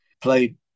played